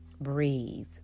breathe